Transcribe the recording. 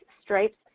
STRIPES